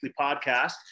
podcast